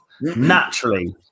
naturally